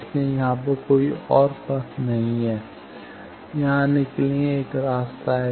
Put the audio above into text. इसलिए यहां पर कोई और पथ नहीं है यहाँ आने के लिए एक रास्ता है